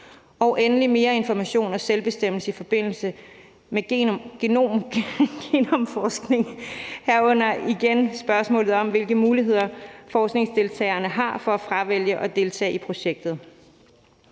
endelig om mere information og selvbestemmelse i forbindelse med genomforskning, herunder igen spørgsmålet om, hvilke muligheder forskningsdeltagerne har for at fravælge at deltage i projektet.